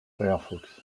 firefox